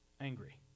angry